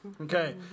Okay